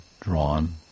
drawn